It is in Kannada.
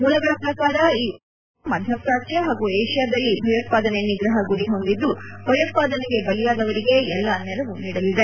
ಮೂಲಗಳ ಪ್ರಕಾರ ಈ ಉಪಕ್ರಮ ಆಫ್ರಿಕಾ ಮಧ್ಯ ಪ್ರಾಚ್ಲ ಹಾಗೂ ಏಷ್ಯಾದಲ್ಲಿ ಭಯೋತ್ಪಾದನೆ ನಿಗ್ರಹ ಗುರಿ ಹೊಂದಿದ್ದು ಭಯೋತ್ಪಾದನೆಗೆ ಬಲಿಯಾದವರಿಗೆ ಎಲ್ಲಾ ನೆರವು ನೀಡಲಿದೆ